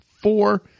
four